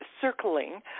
circling